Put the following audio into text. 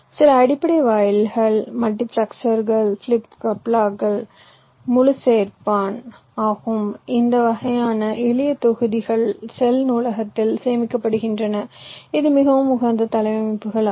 சில அடிப்படை வாயில்கள் மல்டிபிளெக்சர்கள் ஃபிளிப் ஃப்ளாப்புகள் முழு சேர்ப்பான் ஆகும் இந்த வகையான எளிய தொகுதிகள் செல் நூலகத்தில் சேமிக்கப்படுகின்றன இது மிகவும் உகந்த தளவமைப்புகள் ஆகும்